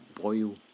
boil